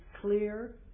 clear